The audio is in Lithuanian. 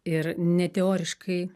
ir ne teoriškai